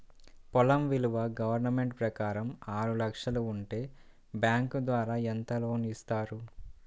పొలం విలువ గవర్నమెంట్ ప్రకారం ఆరు లక్షలు ఉంటే బ్యాంకు ద్వారా ఎంత లోన్ ఇస్తారు?